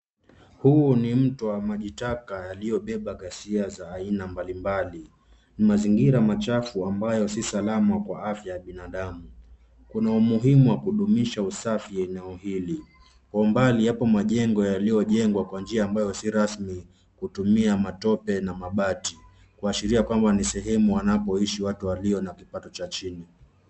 Huu ni mto wa maji taka yaliobeba ghasia za aina mbalimbali, mazingira machafu ambayo si salama kwa afya ya binadamu. Kuna umuhimu wa kudumisha usafi eneo hili. Kwa umbali yapo majengo yaliyojengwa kwa njia ambayo si rasmi kutumia matope na mabati, kushiria kwamba ni sehemu wanapoishi wati walio na kipato cha chini.